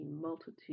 multitude